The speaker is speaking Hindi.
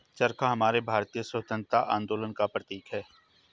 चरखा हमारे भारतीय स्वतंत्रता आंदोलन का प्रतीक है